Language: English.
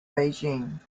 beijing